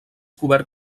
cobert